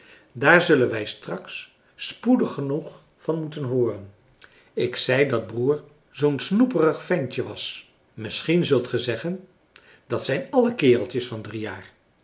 daar zullen wij straks spoedig genoeg van moeten hooren ik zei dat broer zoo'n snoeperig ventje was misschien zult ge zeggen dat zijn alle kereltjes van drie jaar